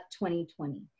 2020